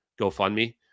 GoFundMe